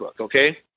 Okay